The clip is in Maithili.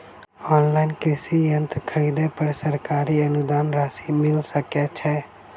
ऑनलाइन कृषि यंत्र खरीदे पर सरकारी अनुदान राशि मिल सकै छैय?